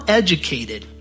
educated